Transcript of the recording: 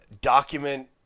document